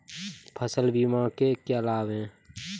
फसल बीमा के क्या लाभ हैं?